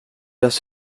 das